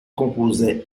composait